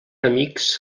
amics